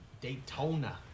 Daytona